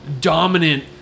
dominant